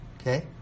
okay